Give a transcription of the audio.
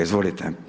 Izvolite.